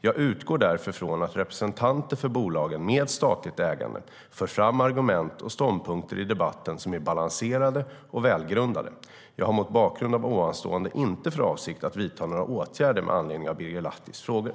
Jag utgår därför från att representanter för bolagen med statligt ägande för fram argument och ståndpunkter i debatten som är balanserade och välgrundade. Jag har mot bakgrund av det anförda inte för avsikt att vidta några åtgärder med anledning av Birger Lahtis frågor.